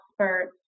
experts